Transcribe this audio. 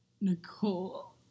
Nicole